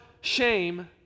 shame